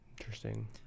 Interesting